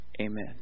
amen